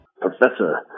Professor